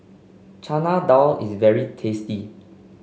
Chana Dal is very tasty